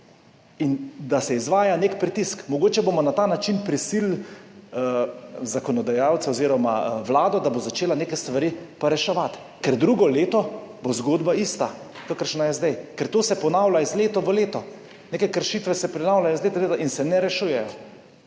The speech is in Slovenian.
In da se izvaja nek pritisk. Mogoče bomo na ta način prisilili zakonodajalca oziroma vlado, da bo začela neke stvari pa reševati. Ker drugo leto bo zgodba ista, kakršna je zdaj. Ker to se ponavlja iz leta v leto, neke kršitve se ponavljajo iz leta v leto in se ne rešujejo.